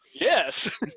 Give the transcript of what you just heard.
Yes